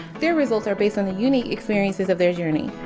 their results are based on the unique experiences of their journey.